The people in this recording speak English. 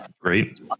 Great